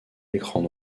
écrans